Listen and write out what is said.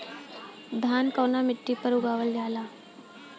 धान कवना मिट्टी पर उगावल जाला?